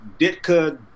Ditka